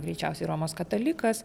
greičiausiai romos katalikas